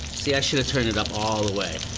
see i shoulda turned it up all the way.